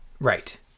Right